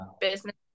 business